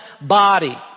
body